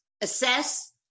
Assess